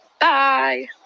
Bye